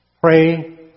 Pray